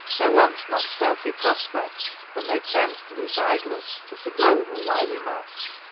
there wants not stealthy prospect, that may tempt loose idless to forego her wily mask.